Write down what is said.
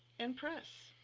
and press